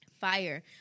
Fire